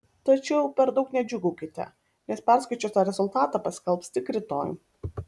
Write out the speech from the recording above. tačiau per daug nedžiūgaukite nes perskaičiuotą rezultatą paskelbs tik rytoj